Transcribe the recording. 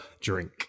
drink